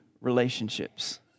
relationships